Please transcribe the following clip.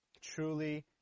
truly